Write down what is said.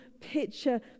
picture